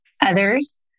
others